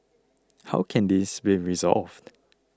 how can this be resolved